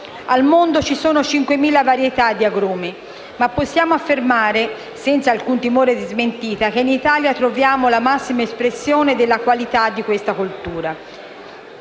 Al mondo ci sono 5.000 varietà di agrumi, ma possiamo affermare senza alcun timore di smentita che in Italia troviamo la massima espressione della qualità di questa coltura.